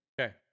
Okay